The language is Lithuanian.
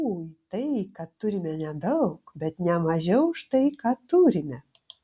ui tai kad turime nedaug bet ne mažiau už tai ką turime